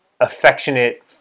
affectionate